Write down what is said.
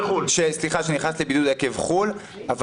שנכנס לבידוד עקב חו"ל,